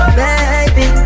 baby